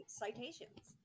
citations